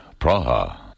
Praha